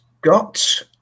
got